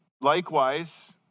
Likewise